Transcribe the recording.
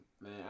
man